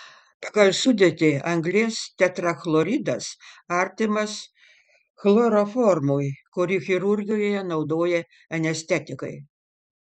pagal sudėtį anglies tetrachloridas artimas chloroformui kurį chirurgijoje naudoja anestetikai